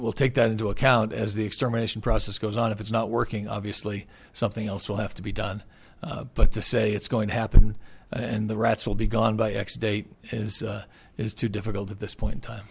we'll take that into account as the extermination process goes on if it's not working obviously something else will have to be done but to say it's going to happen and the rats will be gone by x date is it is too difficult at this point time